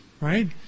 right